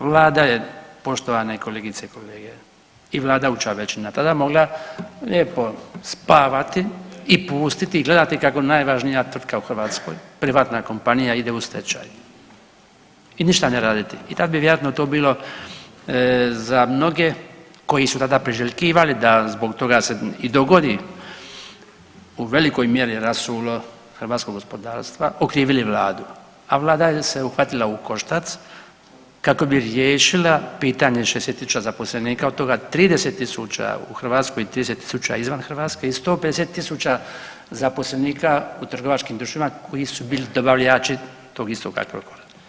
Vlada je poštovane kolegice i kolege i vladajuća većina tada mogla lijepo spavati i pustiti i gledati kako najvažnija tvrtka u Hrvatskoj, privatna kompanija ide u stečaj i ništa ne raditi i tad bi vjerojatno to bilo za mnoge koji su tada priželjkivali da zbog toga se i dogodi u velikoj mjeri rasulo hrvatskog gospodarstva okrivili vladu, a vlada je se uhvatila u koštac kako bi riješila pitanje 60.000 zaposlenika, od toga 30.000 u Hrvatskoj i 30.000 izvan Hrvatske i 150.000 zaposlenika u trgovačkim društvima koji su bili dobavljači tog istog Agrokora.